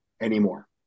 anymore